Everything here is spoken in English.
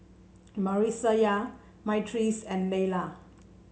Marissa Myrtice and Leila